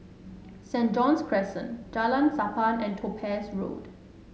Saint John's Crescent Jalan Sappan and Topaz Road